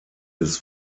des